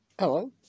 Hello